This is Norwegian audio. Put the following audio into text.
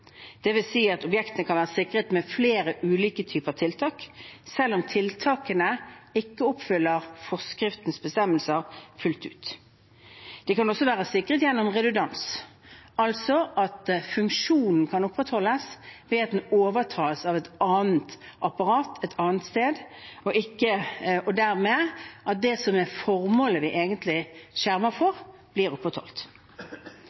si at objektene kan være sikret med flere ulike typer tiltak, selv om tiltakene ikke oppfyller forskriftens bestemmelser fullt ut. De kan også være sikret gjennom redundans, altså at funksjonen kan opprettholdes ved at den overtas av et annet apparat et annet sted, og dermed at det som er formålet vi egentlig skjermer